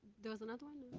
there is another one